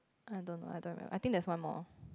I don't know I don't know I think there's one more